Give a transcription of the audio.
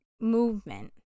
movement